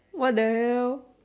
what the hell